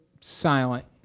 silent